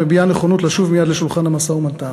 מביעה נכונות לשוב מייד לשולחן המשא-ומתן.